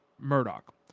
Murdoch